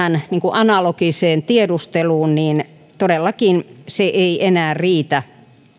analogiseen tiedusteluun niin todellakaan se ei enää riitä